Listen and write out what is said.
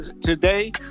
today